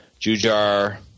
Jujar